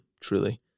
truly